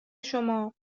شما